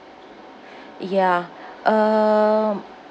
ya um